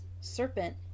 serpent